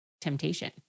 temptation